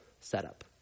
setup